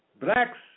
Blacks